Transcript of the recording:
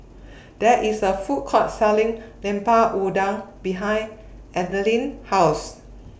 There IS A Food Court Selling Lemper Udang behind Ethyle's House